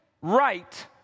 right